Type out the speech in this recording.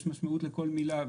יש משמעות לכל מילה.